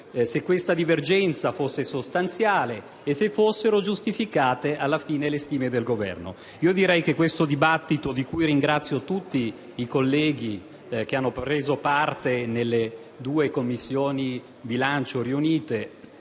se questa divergenza fosse sostanziale e se fossero giustificate, alla fine, le stime del Governo. Possiamo dire che questo dibattito, per cui ringrazio tutti i colleghi che hanno preso parte alle sedute delle due Commissioni bilancio congiunte,